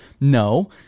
No